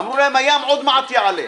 אמרו להם: הים עוד מעט יעלה.